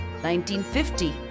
1950